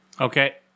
Okay